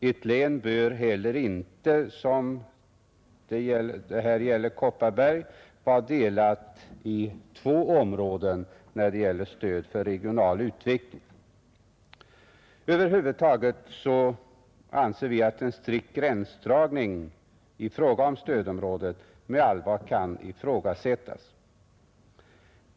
Ett län bör heller inte, som här i fråga om Kopparbergs län, vara delat i två områden när det gäller stöd för regional utveckling. Över huvud taget anser vi att en strikt gränsdragning för stödområdet med allvar kan ifrågasättas.